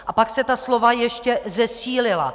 A pak se ta slova ještě zesílila.